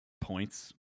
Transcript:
points